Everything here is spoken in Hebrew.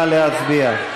נא להצביע.